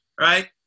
right